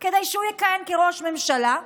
כדי שהוא יכהן כראש ממשלה,